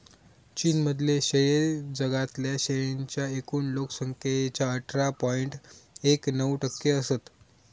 चीन मधले शेळे जगातल्या शेळींच्या एकूण लोक संख्येच्या अठरा पॉइंट एक नऊ टक्के असत